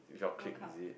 World Cup